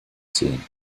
sehen